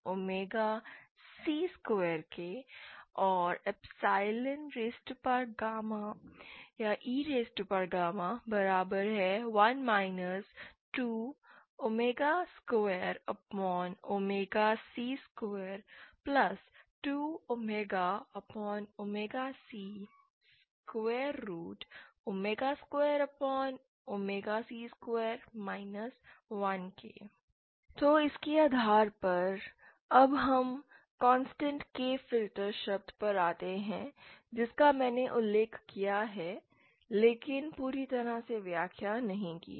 ZiTR01 2c2 e1 22c22c2c2 1 तो इसके आधार पर अब हम कॉन्स्टेंट K फ़िल्टर शब्द पर आते हैं जिसका मैंने उल्लेख किया है लेकिन पूरी तरह से व्याख्या नहीं की है